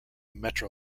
metro